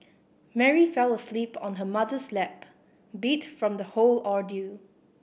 Mary fell asleep on her mother's lap beat from the whole ordeal